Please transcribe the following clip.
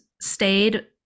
stayed